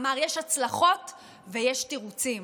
אמר: יש הצלחות ויש תירוצים.